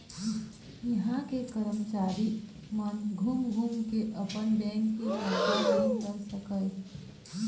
इहां के करमचारी मन घूम घूम के अपन बेंक के परचार नइ कर सकय